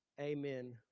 Amen